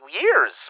years